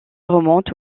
remonte